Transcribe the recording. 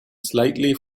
slightly